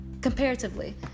Comparatively